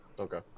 Okay